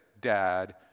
Dad